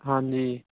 ਹਾਂਜੀ